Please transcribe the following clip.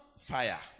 fire